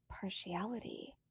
partiality